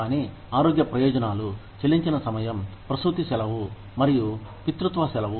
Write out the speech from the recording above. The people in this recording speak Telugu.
కానీ ఆరోగ్య ప్రయోజనాలు చెల్లించిన సమయం ప్రసూతి సెలవు మరియు పితృత్వ సెలవు